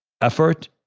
effort